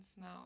now